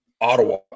Ottawa